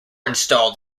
installed